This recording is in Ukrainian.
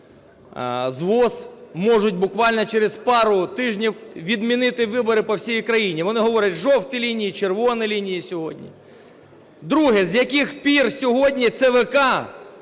з ВОЗ можуть буквально через пару тижнів відмінити вибори по всій країні. Вони говорять: "жовті" лінії, "червоні" лінії сьогодні. Друге. З яких пір сьогодні ЦВК